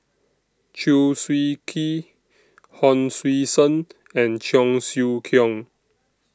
Chew Swee Kee Hon Sui Sen and Cheong Siew Keong